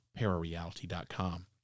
parareality.com